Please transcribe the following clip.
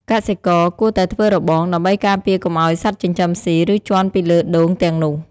កសិករគួរតែធ្វើរបង ដើម្បីការពារកុំឲ្យសត្វចិញ្ចឹមស៊ី ឬជាន់ពីលើដូងទាំងនោះ។